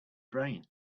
brain